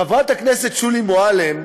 חברת הכנסת שולי מועלם,